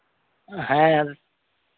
ᱦᱮᱸ